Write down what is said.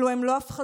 אלו לא הפחדות,